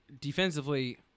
defensively